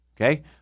Okay